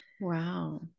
Wow